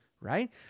Right